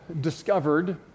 discovered